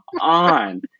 on